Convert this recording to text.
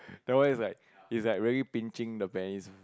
that one is like is like really pinching the base